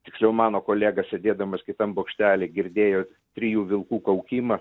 tiksliau mano kolega sėdėdamas kitam bokštely girdėjo trijų vilkų kaukimą